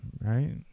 Right